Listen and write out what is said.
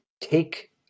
take